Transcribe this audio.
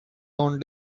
own